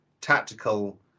tactical